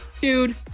Dude